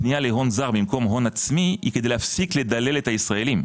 הפנייה להון זר במקום הון עצמי היא כדי להפסיק לדלל את הישראלים,